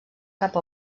cap